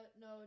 No